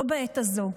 לא בעת הזאת.